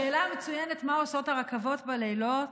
על השאלה המצוינת מה עושות הרכבות בלילות.